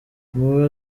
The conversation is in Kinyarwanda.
mubo